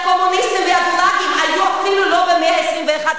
והקומוניסטים והגולאגים היו אפילו לא במאה ה-21,